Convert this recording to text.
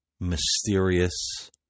mysterious